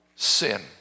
Sin